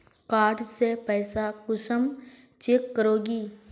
Card से पैसा कुंसम चेक करोगी?